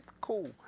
cool